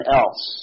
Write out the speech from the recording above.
else